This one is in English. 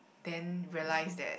then realize that